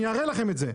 אני אראה לכם את זה,